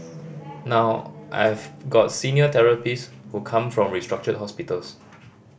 now I've got senior therapist who come from restructured hospitals